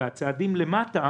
והצעדים למטה